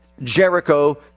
jericho